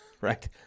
right